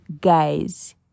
guys